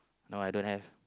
no I don't have